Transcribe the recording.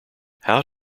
how